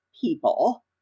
people